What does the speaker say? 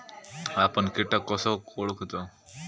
आपन कीटक कसो ओळखूचो?